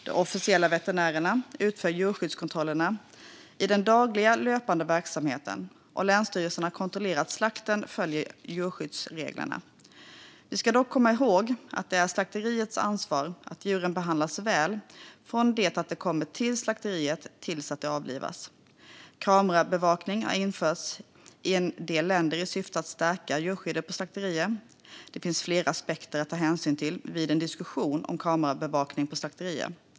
De officiella veterinärerna utför djurskyddskontroller i den dagliga, löpande verksamheten, och länsstyrelsen kontrollerar att slakterierna följer djurskyddsreglerna. Vi ska dock komma ihåg att det är slakteriets ansvar att djuren behandlas väl från det att de kommer till slakteriet tills att de avlivas. Kamerabevakning har införts i en del länder i syfte att stärka djurskyddet på slakterier. Det finns flera aspekter att ta hänsyn till vid en diskussion om kamerabevakning på slakterier.